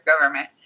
government